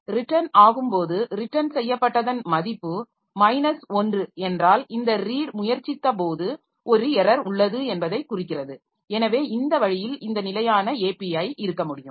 return ஆகும்போது return செய்யப்பட்டதன் மதிப்பு மைனஸ் 1 என்றால் இந்த ரீட் முயற்சித்தபோது ஒரு எரர் உள்ளது என்பதைக் குறிக்கிறது எனவே இந்த வழியில் இந்த நிலையான API இருக்க முடியும்